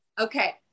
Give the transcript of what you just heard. Okay